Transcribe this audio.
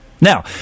Now